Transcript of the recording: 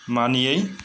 मानियै